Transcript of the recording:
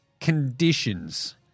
conditions